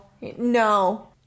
no